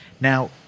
Now